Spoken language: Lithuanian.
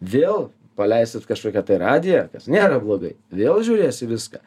vėl paleisit kažkokią tai radiją kas nėra blogai vėl žiūrės į viską